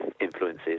influences